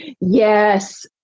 Yes